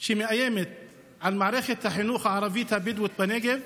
שמאיימת על מערכת החינוך הערבית הבדואית בנגב,